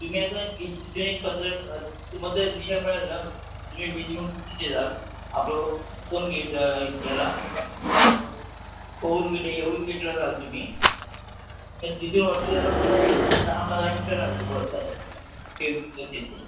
तुम्ही आता इथून एक पंधरा तुम्हाला जर रिक्षा मिळाळी ना तुम्ही वीस मिनटात तिथे जाल आ टो टोल गेट याला न टोलगेट येऊर गेटला जाल तुम्ही तिथून वरती जायला पूर्ण एक दहा पंधरा मिनिटं लागेल बस आहे एस टी बस येते